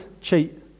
cheat